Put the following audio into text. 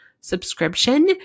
subscription